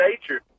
nature